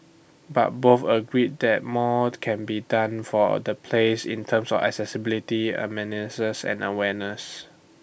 but both agreed that more can be done for the place in terms of accessibility and awareness